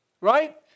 Right